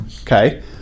Okay